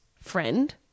friend